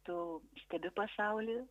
tu stebi pasaulį